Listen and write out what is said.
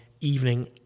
evening